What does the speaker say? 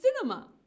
cinema